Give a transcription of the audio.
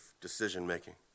decision-making